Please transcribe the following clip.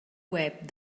web